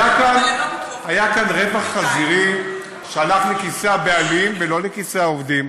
היה כאן רווח חזירי שהלך לכיסי הבעלים ולא לכיסי העובדים.